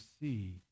see